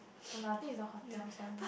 no lah I think is the hotel's one